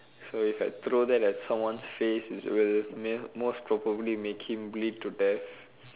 so if I throw that at someone's face it will most probably make him bleed to death